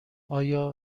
آیا